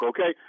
Okay